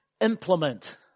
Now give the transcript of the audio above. implement